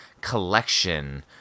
collection